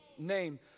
name